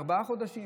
ארבעה חודשים,